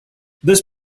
this